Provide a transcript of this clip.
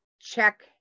check